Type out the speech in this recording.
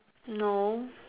no